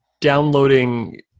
downloading